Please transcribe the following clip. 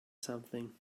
something